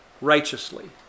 righteously